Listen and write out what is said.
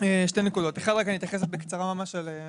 כי בדוח של שרשבסקי נרשם שההצעה שלו